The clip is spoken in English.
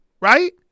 right